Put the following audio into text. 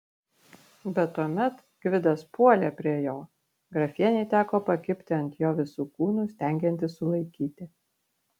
bet tuomet gvidas puolė prie jo grafienei teko pakibti ant jo visu kūnu stengiantis sulaikyti